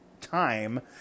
time